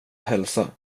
hälsa